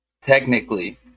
Technically